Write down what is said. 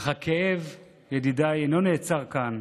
אך הכאב, ידידיי, אינו נעצר כאן.